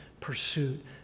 pursuit